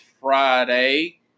Friday